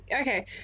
Okay